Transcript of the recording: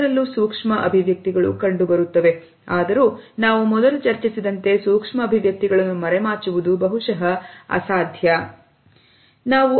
ಎಲ್ಲರಲ್ಲೂ ಸೂಕ್ಷ್ಮ ಅಭಿವ್ಯಕ್ತಿಗಳು ಕಂಡುಬರುತ್ತವೆ ಆದರೂ ನಾವು ಮೊದಲು ಚರ್ಚಿಸಿದಂತೆ ಸೂಕ್ಷ್ಮ ಅಭಿವ್ಯಕ್ತಿಗಳನ್ನು ಮರೆಮಾಚುವುದು ಬಹುಶಹ ಅಸಾಧ್ಯ ಸಂಭವಿಸುತ್ತವೆ